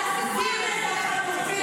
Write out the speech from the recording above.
לעשות הסכם עכשיו ולהחזיר את החטופים.